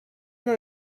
were